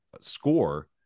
score